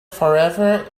forever